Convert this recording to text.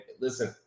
listen